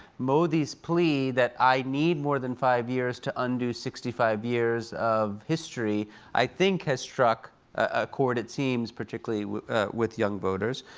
modi's plea that i need more than five years to undo sixty five years of history i think has struck a chord, it seems, particularly with young voters.